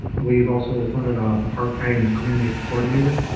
we have also funded a part-time community coordinator